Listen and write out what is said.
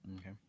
Okay